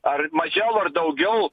ar mažiau ar daugiau